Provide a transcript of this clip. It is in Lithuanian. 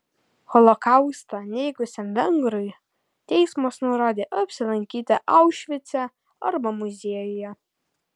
holokaustą neigusiam vengrui teismas nurodė apsilankyti aušvice arba muziejuje